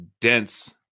dense